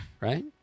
Right